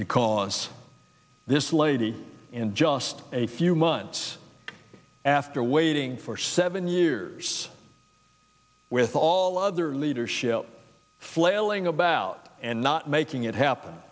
because this lady in just a few months after waiting for seven years with all of their leadership flailing about and not making it happen